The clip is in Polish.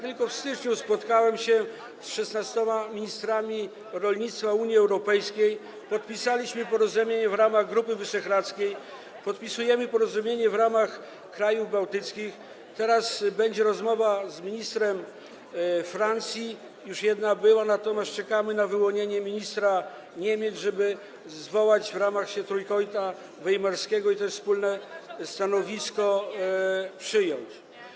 Tylko w styczniu spotkałem się z 16 ministrami rolnictwa Unii Europejskiej, podpisaliśmy porozumienie w ramach Grupy Wyszehradzkiej, podpisujemy porozumienie w ramach krajów bałtyckich, teraz będzie rozmowa z ministrem Francji, już jedna była, natomiast czekamy na wyłonienie ministra Niemiec, żeby zwołać się w ramach Trójkąta Weimarskiego i też wspólne stanowisko przyjąć.